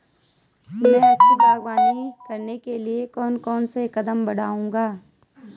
मैं अच्छी बागवानी करने के लिए कौन कौन से कदम बढ़ाऊंगा?